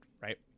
right